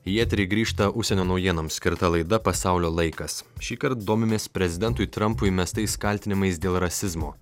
į eterį grįžta užsienio naujienoms skirta laida pasaulio laikas šįkart domimės prezidentui trampui mestais kaltinimais dėl rasizmo